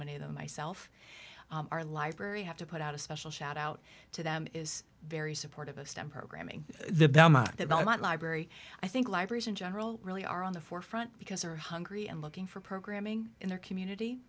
many of them myself our library have to put out a special shout out to them is very supportive of stem programming the belmont that i want library i think libraries in general really are on the forefront because they're hungry and looking for programming in their community